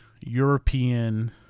European